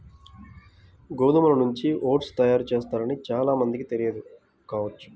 గోధుమల నుంచి ఓట్స్ తయారు చేస్తారని చాలా మందికి తెలియదు కావచ్చు